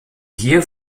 hier